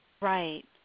Right